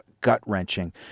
gut-wrenching